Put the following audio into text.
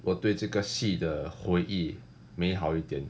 我对这个戏的回忆美好一点